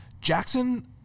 Jackson